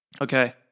Okay